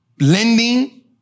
lending